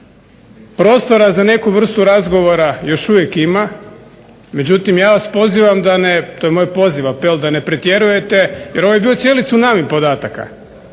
Prostora za neku vrstu razgovora još uvijek ima, međutim ja vas pozivam da ne, to je moj poziv, apel da ne pretjerujete jer ovo je bio cijeli tsunami podataka